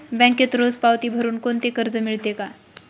बँकेत रोज पावती भरुन कोणते कर्ज मिळते का?